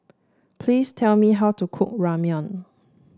please tell me how to cook Ramyeon